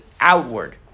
outward